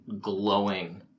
glowing